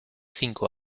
cinco